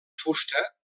fusta